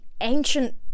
ancient